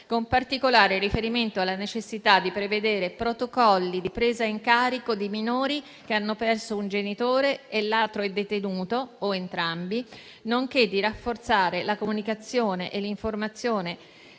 con particolare riferimento alla necessità di prevedere protocolli di presa in carico di minori che hanno perso un genitore e l'altro è detenuto o entrambi, nonché di rafforzare la comunicazione e l'informazione